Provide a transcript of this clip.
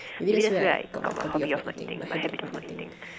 maybe that's where I got my hobby of not eating my habit of not eating